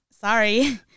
Sorry